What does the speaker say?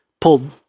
pulled